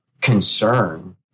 concern